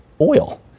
oil